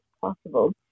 possible